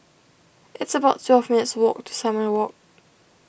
it's about twelve minutes' walk to Simon Walk